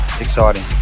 exciting